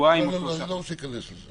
לא רוצה להיכנס לזה.